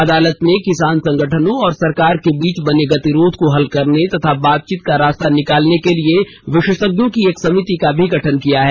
अदालत ने किसान संगठनों और सरकार के बीच बने गतिरोध को हल करने तथा बातचीत का रास्ता निकालने के लिए विशेषज्ञों की एक समिति का भी गठन किया है